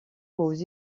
aux